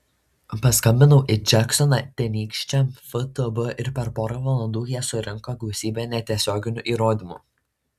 paskambinau į džeksoną tenykščiam ftb ir per porą valandų jie surinko gausybę netiesioginių įrodymų